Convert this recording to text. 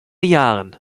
jahren